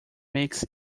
makes